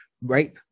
right